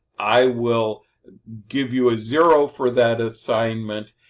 i will give you a zero for that assignment,